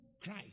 cry